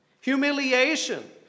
humiliation